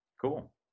Cool